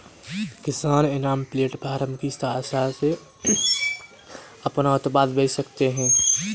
किसान eNAM platform की सहायता से अपना उत्पाद बेच सकते है